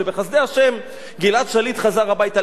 כשבחסדי השם גלעד שליט חזר הביתה,